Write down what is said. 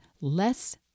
less